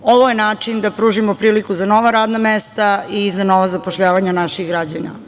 Ovo je način da pružimo priliku za nova radna mesta i za nova zapošljavanja naših građana.